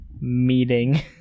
meeting